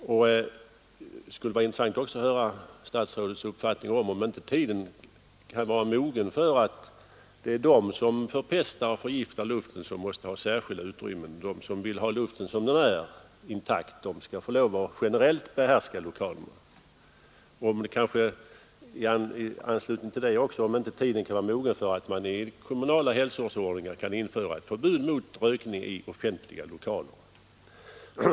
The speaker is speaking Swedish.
Det skulle också vara intressant att höra statsrådets uppfattning om huruvida inte tiden nu kan vara mogen för att vidta åtgärder som innebär att de som förpestar och förgiftar luften måste ha särskilda utrymmen och att de som vill ha luften intakt generellt skall få behärska lokalerna. I anslutning till det bör man också ta ställning till om inte tiden kan vara mogen för att i kommunala hälsovårdsordningar införa förbud mot rökning i offentliga lokaler.